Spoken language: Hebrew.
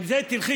עם זה תלכי,